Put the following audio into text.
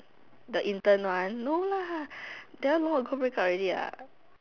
the intern one no lah that one long ago breakup already lah